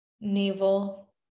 navel